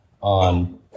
on